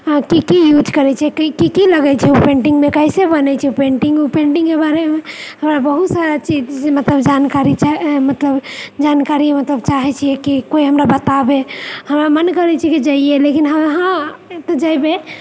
कि कि यूज करैत छै कि कि लगैत छै ओ पैन्टिंगमे कैसे बनैत छै पेन्टिंग पैंटिंगके बारेमे हमरा बहुत सारा चीजके मतलब जानकारी छै मतलब जानकारी मतलब चाहैत छियै कि कोइ हमरा बताबै हमरा मन करैत छै कि जइए लेकिन हँ जइबै